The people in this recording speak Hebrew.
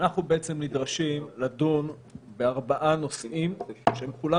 אנחנו נדרשים בארבעה נושאים שכולם